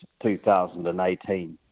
2018